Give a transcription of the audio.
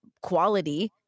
quality